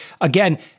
again